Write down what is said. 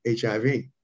HIV